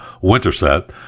Winterset